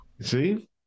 See